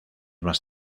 más